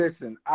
listen